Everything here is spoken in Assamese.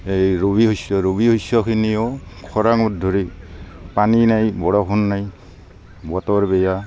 এই ৰবি শস্য ৰবি শস্য খিনিও খৰাংত ধৰি পানী নাই বৰষুণ নাই বতৰ বেয়া